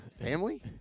family